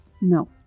No